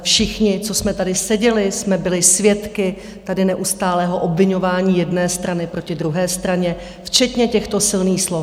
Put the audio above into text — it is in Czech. Všichni, co jsme tady seděli, jsme byli svědky tady neustálého obviňování jedné strany proti druhé straně, včetně těchto silných slov.